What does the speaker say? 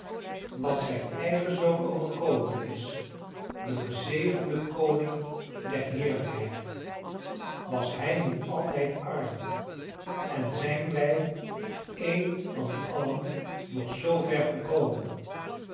wat zijn eigen zoon overkomen is den gezegenden koning der heerlijkheid was hij niet altijd arm en zijn wij een van allen nog zoover gekomen